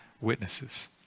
witnesses